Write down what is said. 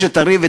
יש ריב,